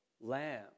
lamb